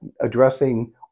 addressing